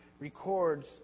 records